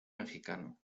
mexicano